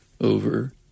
over